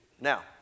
Now